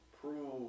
prove